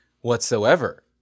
whatsoever